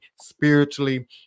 spiritually